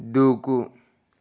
దూకు